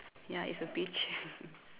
ya it's a beach